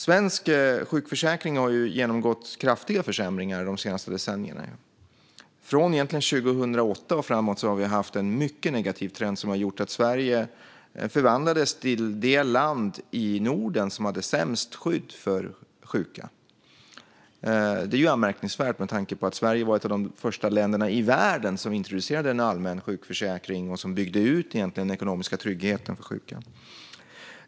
Svensk sjukförsäkring har genomgått kraftiga försämringar de senaste decennierna. Från 2008 och framåt har vi haft en mycket negativ trend som har gjort att Sverige förvandlats till det land i Norden som har sämst skydd för sjuka. Detta är anmärkningsvärt med tanke på att Sverige var ett av de första länderna i världen som introducerade en allmän sjukförsäkring och som byggde ut den ekonomiska tryggheten för sjuka.